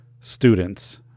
students